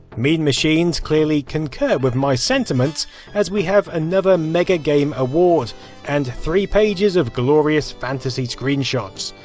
mean machines clearly concur with my sentiments as we have another mega game award and three pages of glorious fantasy screenshots,